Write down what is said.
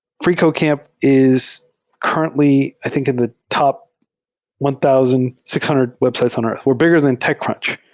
freecodecamp is currently i think in the top one thousand six hundred websites on earth. we're bigger than techcrunch.